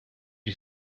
you